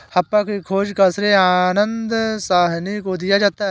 हड़प्पा की खोज का श्रेय दयानन्द साहनी को दिया जाता है